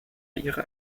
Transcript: ihre